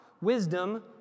Wisdom